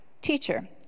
Teacher